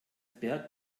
bert